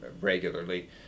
regularly